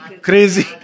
crazy